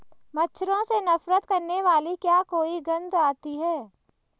मच्छरों से नफरत करने वाली क्या कोई गंध आती है?